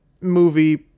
movie